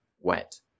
wet